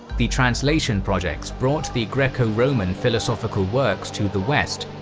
the translation projects brought the greco-roman philosophical works to the west,